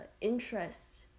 interest